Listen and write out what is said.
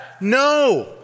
No